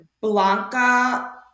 Blanca